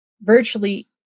virtually